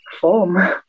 form